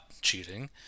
cheating